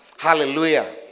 Hallelujah